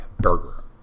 burger